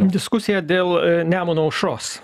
diskusija dėl nemuno aušros